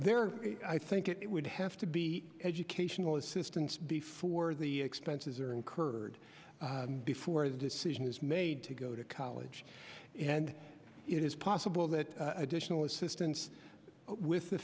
there i think it would have to be educational assistance before the expenses are incurred before the decision is made to go to college and it is possible that additional assistance with the